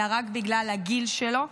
אלא רק בגלל הגיל שלו.